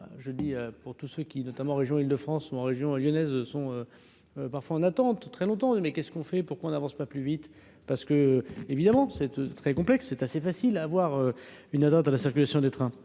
je dis pour tous ceux qui, notamment en région Île-de-France ou en région lyonnaise sont parfois en attente très longtemps de mais qu'est-ce qu'on fait pour qu'on avance pas plus vite parce que, évidemment, c'est très complexe, c'est assez facile à avoir une atteinte à la circulation des trains.